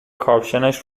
کاپشنش